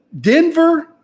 Denver